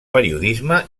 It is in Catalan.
periodisme